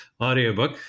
audiobook